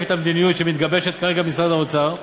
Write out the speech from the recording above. את המדיניות שמתגבשת כרגע במשרד האוצר.